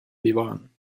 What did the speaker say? bewahren